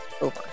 over